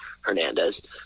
Hernandez